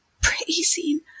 praising